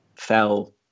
fell